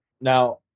Now